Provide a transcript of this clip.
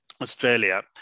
Australia